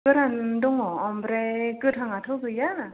गोरान दङ ओमफ्राय गोथाङाथ' गैया